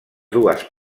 dues